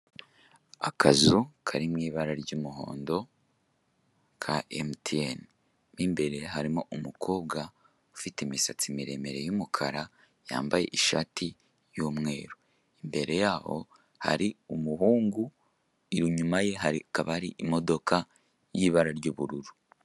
Akazu kari mu ibara ry'umuhondo ka MTN, mu imbere harimo umukobwa ufite imisatsi miremire y'umukara yambaye ishati y'umweru, imbere yaho hari umuhungu, inyuma ye hakaba ari imodoka y'ibara ry'ubururu.